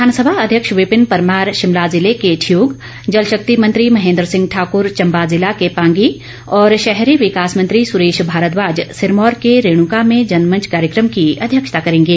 विधानसभा अध्यक्ष विपिन परमार शिमला ज़िले के ठियोग जलशक्ति मंत्री महेन्द्र सिंह ठाकुर चंबा ज़िला के पांगी और शहरी विकास मंत्री सुरेश भारद्वाज सिरमौर के रेणुका में जनमंच कार्यक्रम की अध्यक्षता करेंगे